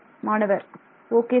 மாணவர் ஓகே நன்று சார்